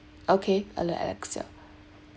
okay ale~ alexia